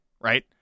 right